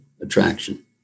attraction